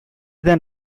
then